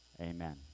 amen